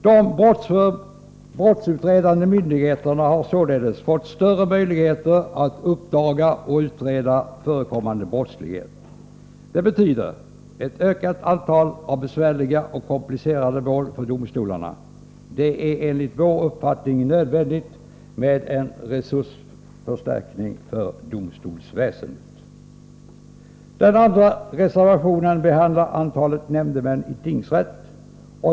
De brottsutredande myndigheterna har således fått större möjligheter att uppdaga och utreda förekommande brottslighet. Det betyder ett ökat antal besvärliga och komplicerade mål för domstolarna. Därför är det enligt vår uppfattning nödvändigt med en resursförstärkning för domstolsväsendet. Den andra reservationen behandlar antalet nämndemän i tingsrätt.